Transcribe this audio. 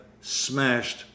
smashed